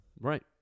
Right